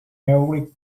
every